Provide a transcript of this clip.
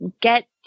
get